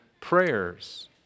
prayers